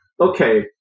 okay